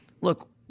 look